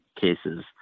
cases